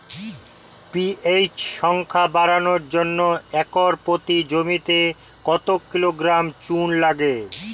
PH সংখ্যা বাড়ানোর জন্য একর প্রতি জমিতে কত কিলোগ্রাম চুন লাগে?